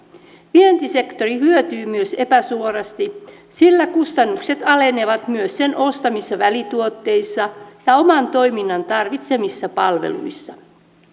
vientisektori hyötyy myös epäsuorasti sillä kustannukset alenevat myös sen ostamissa välituotteissa ja oman toiminnan tarvitsemissa palveluissa